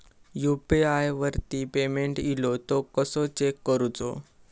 UPI वरती payment इलो तो कसो चेक करुचो?